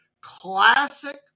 classic